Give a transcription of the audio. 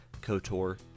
kotor